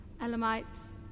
Elamites